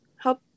help